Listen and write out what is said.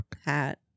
Hat